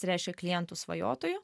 tai reiškia klientų svajotojų